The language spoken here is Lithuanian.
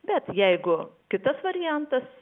bet jeigu kitas variantas